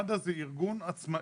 מד"א זה ארגון עצמאי.